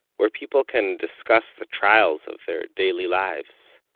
where people can discuss the trials of their daily lives